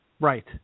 Right